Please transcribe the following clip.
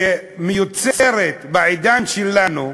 שמייצרת בעידן שלנו,